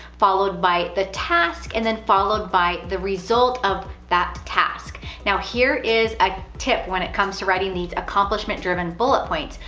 followed by the task, and then followed by the result of that task. now, here is a tip when it comes to writing these accomplishment-driven bullet points,